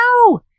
No